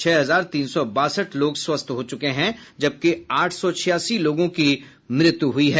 छह हजार तीन सौ बासठ लोग स्वस्थ हो चुके हैं जबकि आठ सौ छियासी लोगों की मृत्यु हुई है